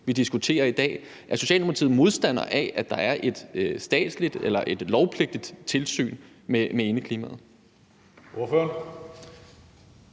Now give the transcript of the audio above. vi diskuterer i dag. Er Socialdemokratiet modstander af, at der er et statsligt eller et lovpligtigt tilsyn med indeklimaet?